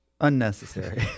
Unnecessary